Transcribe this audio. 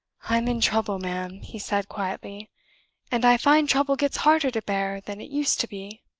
i'm in trouble, ma'am, he said, quietly and i find trouble gets harder to bear than it used to be.